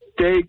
Take